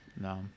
no